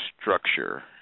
structure